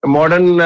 Modern